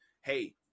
hey